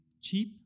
cheap